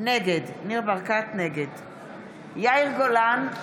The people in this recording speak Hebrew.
נגד יאיר גולן,